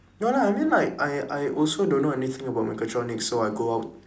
no lah I mean like I I also don't know anything about mechatronics so I go out